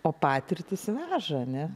o patirtys veža ar ne